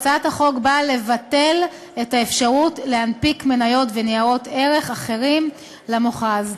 הצעת החוק באה לבטל את האפשרות להנפיק מניות וניירות ערך אחרים למוכ"ז.